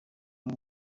ari